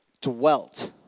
dwelt